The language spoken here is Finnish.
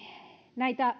näitä